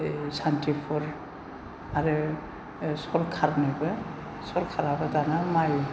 ओ सान्थिफुर आरो सरखारनोबो सरखाराबो दाना माइ